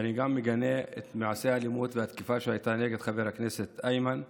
ואני גם מגנה את מעשה האלימות והתקיפה שהיה נגד חבר הכנסת איימן עודה,